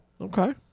Okay